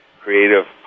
creative